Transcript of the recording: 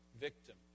victim